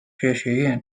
学院